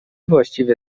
właściwie